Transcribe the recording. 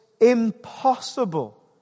impossible